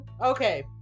Okay